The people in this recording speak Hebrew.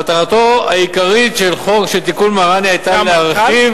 מטרתו העיקרית של תיקון מראני היתה להרחיב,